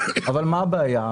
אבל מה הבעיה?